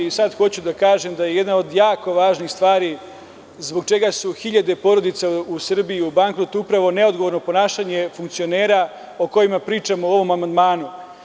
Sada hoću da kažem da je jedna od jako važnih stvari zbog čega su hiljade porodica u Srbiji u bankrotu upravo neodgovorno ponašanje funkcionera o kojima pričamo u ovom amandmanu.